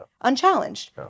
Unchallenged